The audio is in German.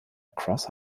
cross